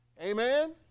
Amen